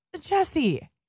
Jesse